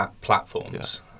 platforms